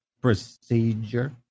procedure